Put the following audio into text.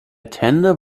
tender